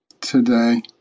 today